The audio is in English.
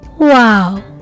wow